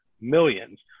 millions